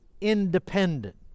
independent